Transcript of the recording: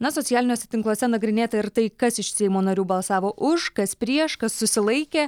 na socialiniuose tinkluose nagrinėta ir tai kas iš seimo narių balsavo už kas prieš kas susilaikė